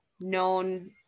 known